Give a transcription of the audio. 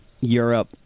Europe